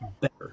better